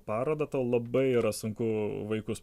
parodą tau labai yra sunku vaikus